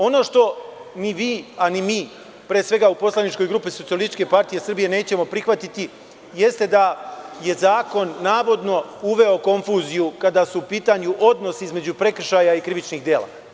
Ono što ni vi, a ni mi, pre svega u poslaničkoj grupi SPS nećemo prihvatiti, jeste da je zakon navodno uveo konfuziju kada su u pitanju odnos između prekršaja i krivičnih dela.